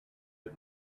had